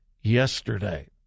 yesterday